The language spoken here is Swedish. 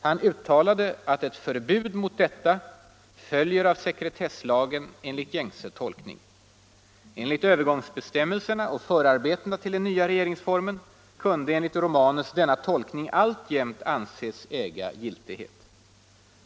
Han uttalade att ett förbud mot detta följer av sekretesslagen enligt gängse tolkning. Enligt övergångsbestämmelserna och förarbetena till den nya regeringsformen kunde enligt Romanus denna tolkning alltjämt anses äga giltighet.